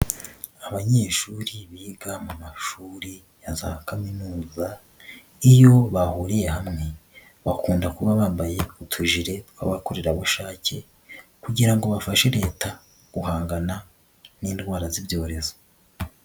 Abanyeshuri biga mu mashuri ya za kaminuza, iyo bahuriye hamwe bakunda kuba bambaye utujire tw'abakorerabushake, kugira ngo bafashe leta guhangana n'indwara z'ibyorezo.